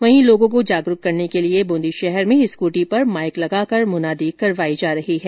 वहीं लोगों को जागरूक करने के लिए शहर में स्कूटी पर माइक लगाकर मुनादी करवाई जा रही है